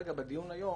כרגע בדיון היום,